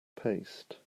paste